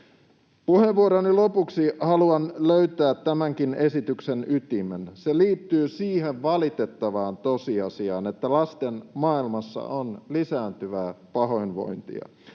Puheenvuoroni lopuksi haluan löytää tämänkin esityksen ytimen. Se liittyy siihen valitettavaan tosiasiaan, että lasten maailmassa on lisääntyvää pahoinvointia.